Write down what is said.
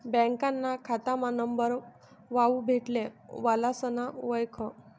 बँकाना खातामा नंबर हावू भेटले वालासना वयख